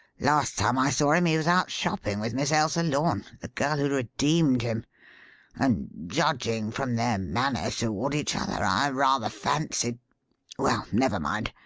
last time i saw him he was out shopping with miss ailsa lorne the girl who redeemed him and judging from their manner toward each other, i rather fancied well, never mind!